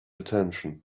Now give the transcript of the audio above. attention